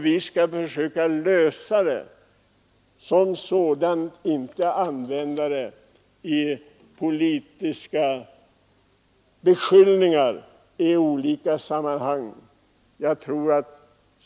Vi skall försöka lösa problemet som sådant och inte använda det till politiska beskyllningar i olika sammanhang.